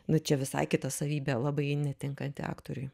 nu čia visai kita savybė labai netinkanti aktoriui